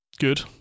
Good